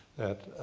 that